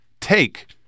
Take